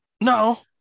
no